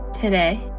Today